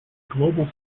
global